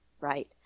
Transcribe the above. Right